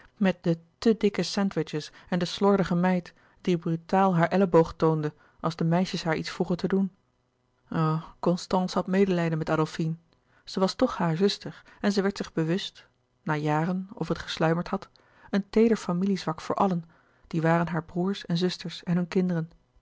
met de te dikke sandwiches en de slordige meid die brutaal haar elleboog toonde als de meisjes haar iets vroegen te doen o constance had medelijden met adolfine zij was louis couperus de boeken der kleine zielen toch hare zuster en zij werd zich bewust na jaren of het gesluimerd had een teeder familie zwak voor allen die waren hare broêrs en zusters en hunne kinderen